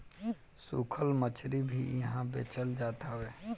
सुखल मछरी भी इहा बेचल जात हवे